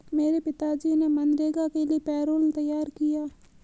मेरे पिताजी ने मनरेगा के लिए पैरोल तैयार किया